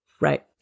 Right